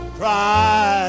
cry